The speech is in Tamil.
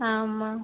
ஆமாம்